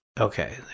Okay